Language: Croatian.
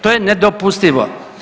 To je nedopustivo.